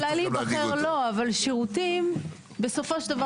אולי להיבחר לא אבל מן הסתם הרשות המקומית תעניק שירותים בסופו של דבר,